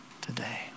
today